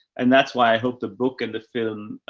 and that's why i hope the book and the film,